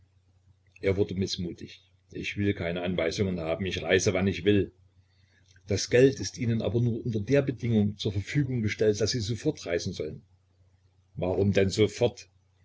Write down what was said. er wurde mißmutig ich will keine anweisungen haben ich reise wann ich will das geld ist ihnen aber nur unter der bedingung zur verfügung gestellt daß sie sofort reisen sollen warum denn sofort